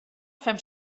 fem